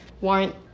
warrant